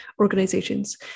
organizations